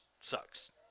sucks